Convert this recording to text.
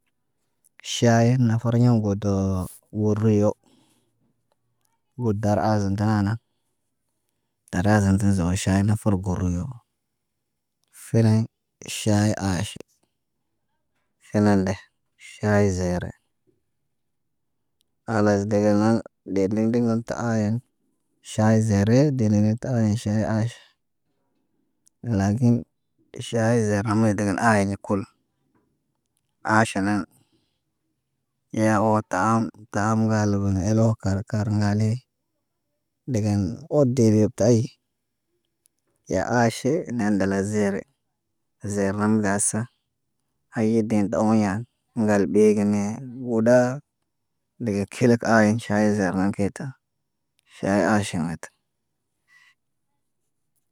Ʃayi nafariɲa gotoo wurluyo. Got dar aazən tə naana. Taraazan tə zaman ʃay nafar goriyo. Feleŋg ʃayi aaʃe. Feleŋg da ʃayi zere. Alal bagey na deb na dəgan tə aayen. Ʃay zere degeni tə ʃay aʃe. Lakin ʃayi yepene degen ayene kulu. Aaʃe naŋg, Yaa o taam, taam ŋgal ibni olo kar, kar ŋgali. Degen ot dege taazi. Waa aaʃe nen dagal zeere. Zer na ŋgaasa. Hayi den ɗoŋgoɲa, ŋgam ɓee gene gudaa. Dege kele kə ayen ʃaye zerne keyta, ʃaye aaʃe mata.